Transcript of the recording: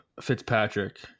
Fitzpatrick